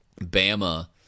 Bama